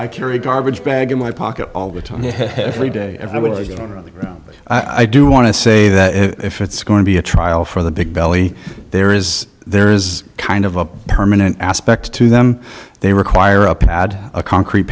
i carry a garbage bag in my pocket all the time hefley day and i would like it on the ground but i do want to say that if it's going to be a trial for the big belly there is there is kind of a permanent aspect to them they require a pad a concrete